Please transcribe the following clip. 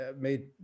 Made